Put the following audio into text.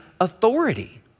authority